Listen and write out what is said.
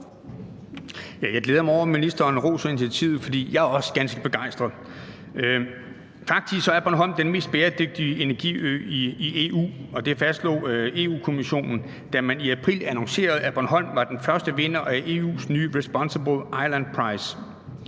Jeg glæder mig over, at ministeren roser initiativet, for jeg er også ganske begejstret. Faktisk er Bornholm den mest bæredygtige energiø i EU. Det fastslog Europa-Kommissionen, da man i april annoncerede, at Bornholm var den første vinder af EU's nye RESponsible Island Prize,